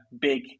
big